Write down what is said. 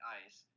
ice